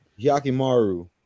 Yakimaru